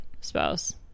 spouse